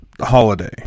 holiday